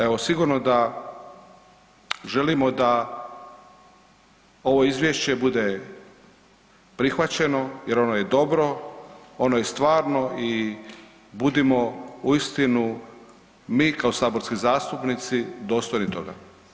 Evo, sigurno da, želimo da ovo izvješće bude prihvaćeno jer ono je dobro, ono je stvarno i budimo uistinu mi kao saborski zastupnici dostojni toga.